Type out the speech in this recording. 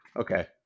Okay